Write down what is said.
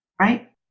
right